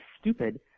stupid